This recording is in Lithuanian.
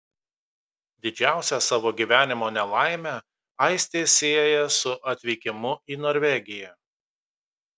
didžiausią savo gyvenimo nelaimę aistė sieja su atvykimu į norvegiją